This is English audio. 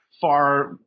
far